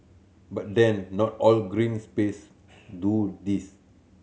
but then not all green space do this